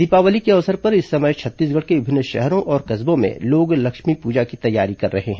दीपावली के अवसर पर इस समय छत्तीसगढ़ के विभिन्न शहरों और कस्बों में लोग लक्ष्मी पूजा की तैयारी कर रहे हैं